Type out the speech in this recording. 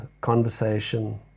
conversation